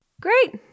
great